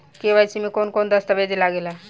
KYC में कवन कवन दस्तावेज लागे ला?